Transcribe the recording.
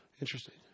Interesting